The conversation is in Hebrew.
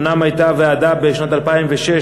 אומנם הייתה ועדה בשנת 2006,